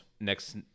next